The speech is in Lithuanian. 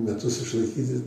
metus išlaikyti